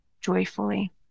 joyfully